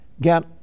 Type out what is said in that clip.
get